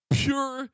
pure